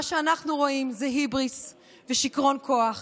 מה שאנחנו רואים זה היבריס ושיכרון כוח